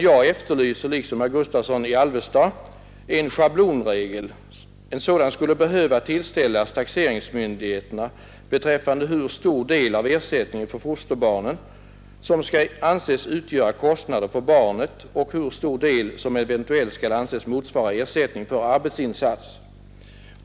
Jag efterlyser i likhet med herr Gustavsson i Alvesta en schablonregel. En sådan skulle behövas för taxeringsmyndigheternas arbete när det gäller att fastställa hur stor del av ersättningen för fosterbarnen som skall anses utgöra kostnader för barnen och hur stor del som eventuellt skall anses motsvara ersättning för arbetsinsats.